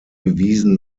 bewiesen